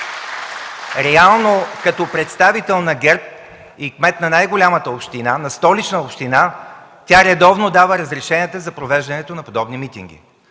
реално като представител на ГЕРБ и кмет на най-голямата община, на Столичната община, тя редовно дава разрешенията за провеждането на подобни митинги.